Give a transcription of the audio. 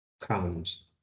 comes